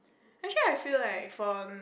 actually I feel like for